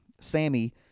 Sammy